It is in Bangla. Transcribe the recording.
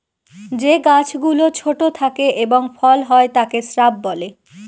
যে গাছ গুলো ছোট থাকে এবং ফল হয় তাকে শ্রাব বলে